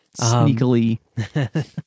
Sneakily